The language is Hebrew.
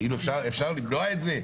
כאילו, אפשר למנוע את זה?